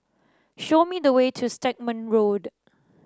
show me the way to Stagmont Road